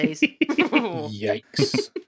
Yikes